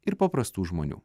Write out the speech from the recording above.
ir paprastų žmonių